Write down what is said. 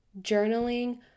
Journaling